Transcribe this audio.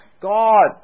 God